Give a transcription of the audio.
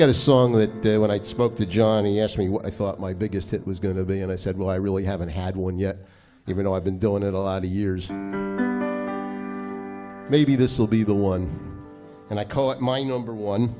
got a song that day when i spoke to johnny asked me what i thought my biggest hit was going to be and i said well i really haven't had one yet even though i've been doing it a lot of years maybe this will be the one and i call it my number one